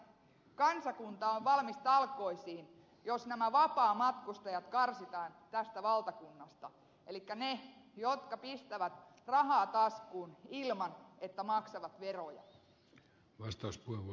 minä uskon että kansakunta on valmis talkoisiin jos nämä vapaamatkustajat karsitaan tästä valtakunnasta elikkä ne jotka pistävät rahaa taskuun ilman että maksavat veroja